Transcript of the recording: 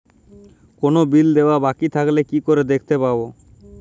কোনো বিল দেওয়া বাকী থাকলে কি করে দেখতে পাবো?